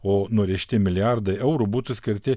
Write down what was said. o nurėžti milijardai eurų būtų skirti